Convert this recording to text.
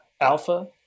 Alpha